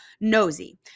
nosy